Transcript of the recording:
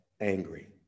angry